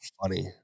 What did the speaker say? funny